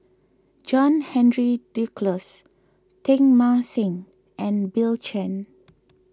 John Henry Duclos Teng Mah Seng and Bill Chen